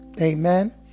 amen